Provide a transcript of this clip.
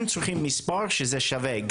הם צריכים לספור שזה שווה.